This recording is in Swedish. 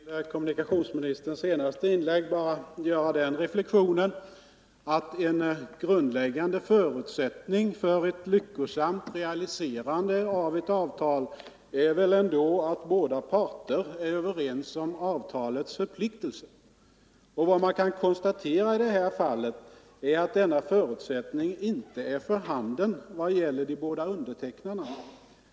Fru talman! Med anledning av kommunikationsministerns senaste inlägg vill jag bara göra den reflexionen att en grundläggande förutsättning för ett lyckosamt realiserande av ett avtal väl ändå är att båda parter är överens om avtalets förpliktelser. Och vad man i detta fall kan konstatera är att den förutsättningen inte är för handen vad gäller de båda undertecknarna.